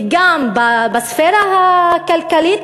וגם בספירה הכלכלית,